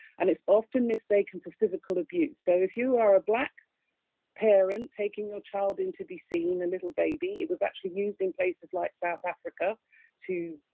and it's often mistaken for physical abuse. so if you are a black parent taking your child in to be seen a little baby, it was actually used in places like south africa too.